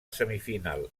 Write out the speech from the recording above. semifinal